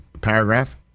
paragraph